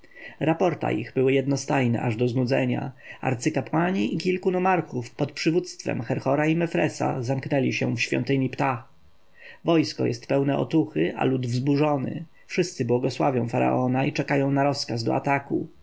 raporta ich były jednostajne aż do znudzenia arcykapłani i kilku nomarchów pod przywództwem herhora i mefresa zamknęli się w świątyni ptah wojsko jest pełne otuchy a lud wzburzony wszyscy błogosławią faraona i czekają na rozkaz do ataku